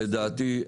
לדעתי,